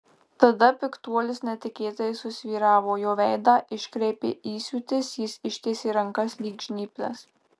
tada piktuolis netikėtai susvyravo jo veidą iškreipė įsiūtis jis ištiesė rankas lyg žnyples